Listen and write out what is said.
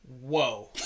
whoa